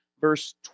verse